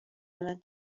الان